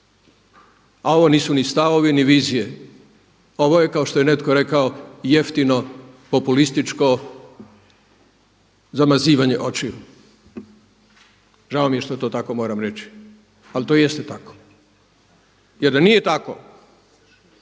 a ovo nisu ni stavovi ni vizije, ovo je kao što je netko rekao jeftinu populističko zamazivanje očiju. Žao mi je što to tako moram reći ali to jeste tako. Jer da nije tako